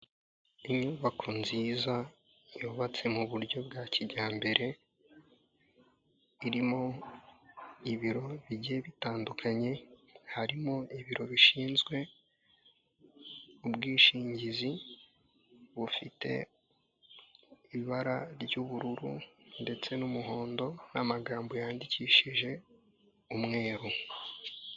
Inyubako nziza yubatse mu buryo bwa kijyambere irimo ibiro bigiye bitandukanye harimo ibiro bishinzwe ubwishingizi bufite ibara ry'ubururu ndetse n'umuhondo n'amagambo yandikishije umweru.